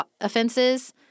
offenses